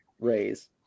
Raise